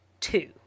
two